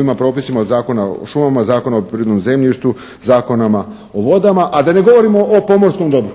ovim propisima od Zakona o šumama, Zakona o poljoprivrednom zemljištu, Zakonu o vodama, a da ne govorim o pomorskom dobru.